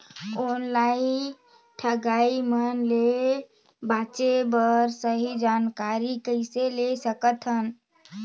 Online ठगईया मन ले बांचें बर सही जानकारी कइसे ले सकत हन?